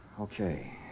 Okay